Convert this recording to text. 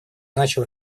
начал